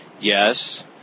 Yes